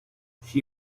she